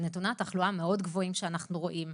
בנתוני התחלואה המאוד גבוהים שאנחנו רואים,